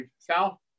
Sal